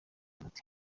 umuti